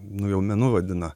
nu jau menu vadina